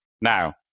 Now